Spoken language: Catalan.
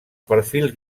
perfils